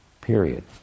period